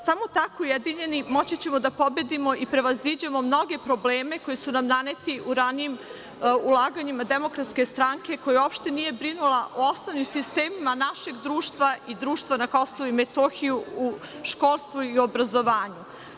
Samo tako ujedinjeni moći ćemo da pobedimo i prevaziđemo mnoge probleme koji su nam naneti u ranijim laganjima Demokratske stranke, koja uopšte nije brinula o osnovnim sistemima našeg društva i društva na Kosovu i Metohiji u školstvu i obrazovanju.